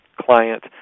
client